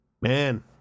man